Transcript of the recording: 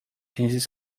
his